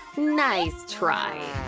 nice try.